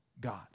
God